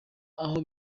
aho